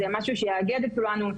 זה משהו שיאגד את כולנו,